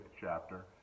chapter